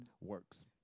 works